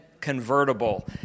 convertible